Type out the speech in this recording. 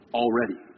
already